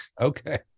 Okay